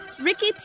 Ricky